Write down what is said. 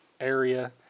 area